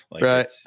Right